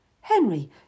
Henry